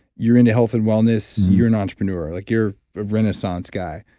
you're into health and wellness. you're an entrepreneur. like you're a renaissance guy,